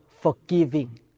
forgiving